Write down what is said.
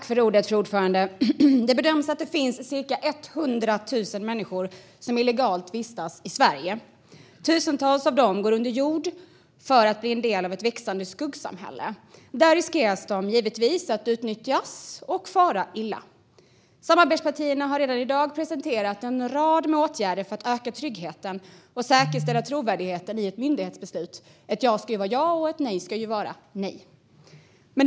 Fru talman! Det bedöms att cirka 100 000 människor vistas illegalt i Sverige. Tusentals av dem går under jord för att bli en del av ett växande skuggsamhälle. Där riskerar de givetvis att utnyttjas och fara illa. Samarbetspartierna har redan i dag presenterat en rad åtgärder för att öka tryggheten och säkerställa trovärdigheten i ett myndighetsbeslut. Ett ja ska ju vara ett ja, och ett nej ska vara ett nej.